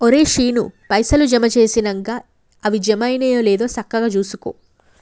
ఒరే శీనూ, పైసలు జమ జేసినంక అవి జమైనయో లేదో సక్కగ జూసుకో